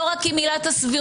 לא רק עם עילת הסבירות.